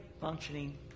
functioning